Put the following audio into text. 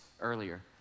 earlier